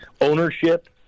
ownership